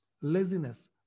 laziness